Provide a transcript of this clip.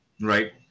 Right